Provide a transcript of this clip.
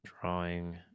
drawing